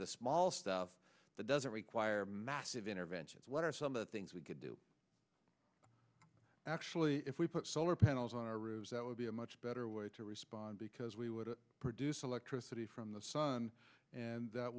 the small stuff that doesn't require massive interventions what are some of the things we could do actually if we put solar panels on our roof that would be a much better way to respond because we would produce electricity from the sun and that